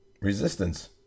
Resistance